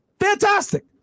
Fantastic